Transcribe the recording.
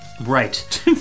Right